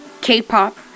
K-pop